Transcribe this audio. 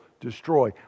destroy